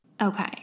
Okay